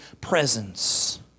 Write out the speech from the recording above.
presence